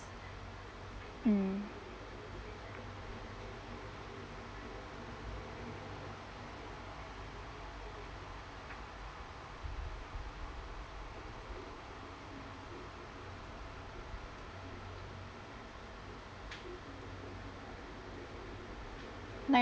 mm I